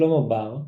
שלמה בר,